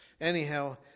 anyhow